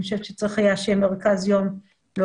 אני חושבת שצריך היה שמרכז יום ארוך